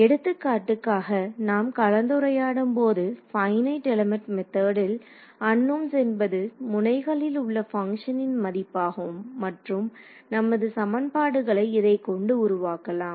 எடுத்துக்காட்டுக்காக நாம் கலந்துரையாடும் போது பைனட் எலிமெண்ட் மெத்தேடில் அன்நோன்ஸ் என்பது முனைகளில் உள்ள பங்க்ஷனின் மதிப்பாகும் மற்றும் நமது சமன்பாடுகளை இதைக்கொண்டு உருவாக்கலாம்